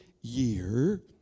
year